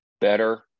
better